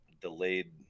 delayed